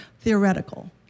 theoretical